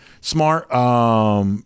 Smart